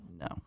No